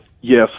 yes